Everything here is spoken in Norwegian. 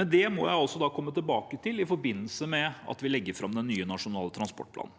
men det må jeg altså komme tilbake til i forbindelse med at vi legger fram den nye nasjonale transportplanen.